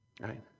Right